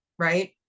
right